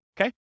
Okay